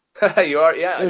ah you already! yeah!